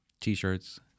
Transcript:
t-shirts